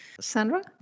Sandra